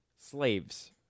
Slaves